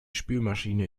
spülmaschine